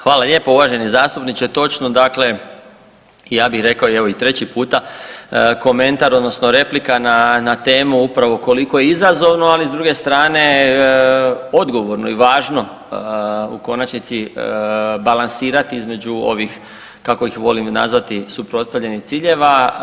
Hvala lijepa uvaženi zastupniče, točno dakle, ja bih rekao evo i teći puta komentar odnosno replika na temu upravo koliko je izazovno, ali s druge strane odgovorno i važno u konačnici balansirati između ovih kako ih volim nazvati suprotstavljenih ciljeva.